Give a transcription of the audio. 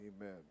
Amen